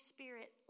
Spirit